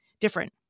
different